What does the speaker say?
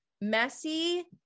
messy